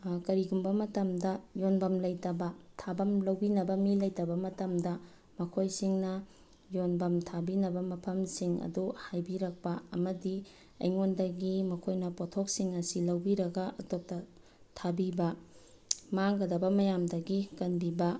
ꯀꯔꯤꯒꯨꯝꯕ ꯃꯇꯝꯗ ꯌꯣꯟꯐꯝ ꯂꯩꯇꯕ ꯊꯥꯐꯝ ꯂꯧꯕꯤꯅꯕ ꯃꯤ ꯂꯩꯇꯕ ꯃꯇꯝꯗ ꯃꯈꯣꯏꯁꯤꯡꯅ ꯌꯣꯟꯐꯝ ꯊꯥꯕꯤꯅꯕ ꯃꯐꯝꯁꯤꯡ ꯑꯗꯣ ꯍꯥꯏꯕꯤꯔꯛꯄ ꯑꯃꯗꯤ ꯑꯩꯉꯣꯟꯗꯒꯤ ꯃꯈꯣꯏꯅ ꯄꯣꯠꯊꯣꯛꯁꯤꯡ ꯑꯁꯤ ꯂꯧꯕꯤꯔꯒ ꯑꯇꯣꯞꯄꯗ ꯊꯥꯕꯤꯕ ꯃꯥꯡꯒꯗꯕ ꯃꯌꯥꯝꯗꯒꯤ ꯀꯟꯕꯤꯕ